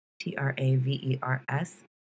T-R-A-V-E-R-S